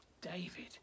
David